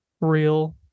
real